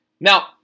Now